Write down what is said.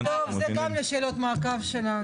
טוב, זה גם לשאלות מעקב שלנו.